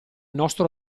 nostro